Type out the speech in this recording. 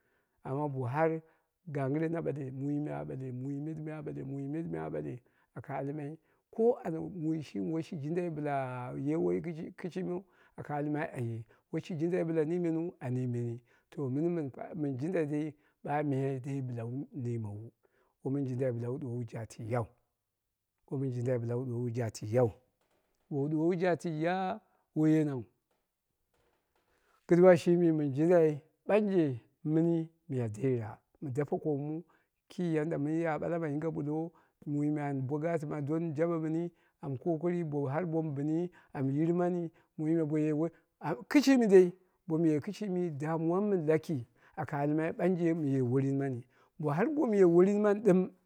Ammo bo har gangɨre na ɓale, mui me a ɓale, muime ɗɨm a ɓale, mui me ɗɨm a ɓale aka almai ko anya mui shimi woi shi jindai ye wonduwoi kɨshimiu aka almai aye, woishi jindai ɓɨla nii meniu aka almaia niimeni, to mɨnɨ mɨn fata mɨn jindai dai ɓa miyai, dai bɨla wu niimo wu womin jindai miya wu duwowu jatiyau, womin jindai bɨla ɗuwowu jaatiyau, bo ɗuwowu jatiyya woi yenau, kɨduwa shimi mɨn jindai ɓanje mi'ni miya dera mɨ dape koomu ki yadda mɨn ya ɓala ma yinge ɓullo mu, me an bo gatima donni joɓe mɨni am kokari bo har bomi bɨni am yirmani, mui me bo ye woi kɨshimi dai, nomu ye kɨshimi damjuwa mɨ mɨn laki aka almai ɓanje mɨ ye worin mani bo har bomu ye worin mani ɗɨm.